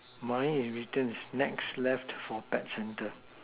mine is written snacks left for pet centre